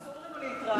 גם אסור לנו להתראיין.